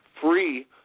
free